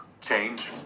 change